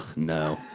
no.